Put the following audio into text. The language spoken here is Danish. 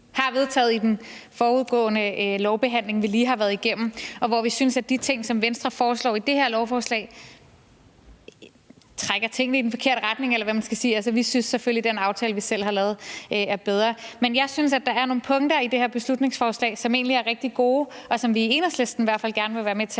har vedtaget i den forudgående lovbehandling, vi lige har været igennem, og hvor vi synes, at de ting, som Venstre foreslår i det her lovforslag, trækker tingene i den forkerte retning, eller hvad man skal sige. Altså, vi synes selvfølgelig, at den aftale, vi selv har lavet, er bedre. Men jeg synes, at der er nogle punkter i det her beslutningsforslag, som egentlig er rigtig gode, og som vi i Enhedslisten i hvert fald gerne vil være med til